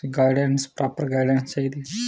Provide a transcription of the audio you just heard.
guidance proper guidance चाहिदी